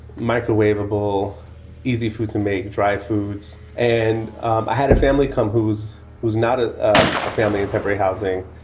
microwaveable easy food to make dry foods. and i had a family come who's who's not ah um a family in temporary housing.